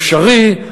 אפשרי,